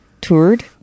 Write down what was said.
toured